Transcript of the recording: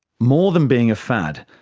more than being a fad,